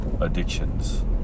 addictions